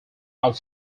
out